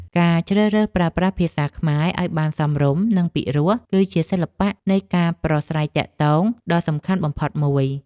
ការជ្រើសរើសប្រើប្រាស់ភាសាខ្មែរឱ្យបានសមរម្យនិងពិរោះគឺជាសិល្បៈនៃការប្រាស្រ័យទាក់ទងដ៏សំខាន់បំផុតមួយ។